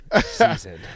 season